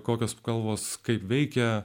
kokios spalvos kaip veikia